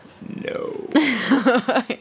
no